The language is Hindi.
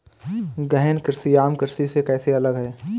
गहन कृषि आम कृषि से कैसे अलग है?